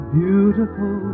beautiful